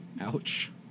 Ouch